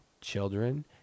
children